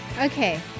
Okay